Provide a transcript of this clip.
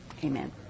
Amen